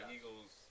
Eagles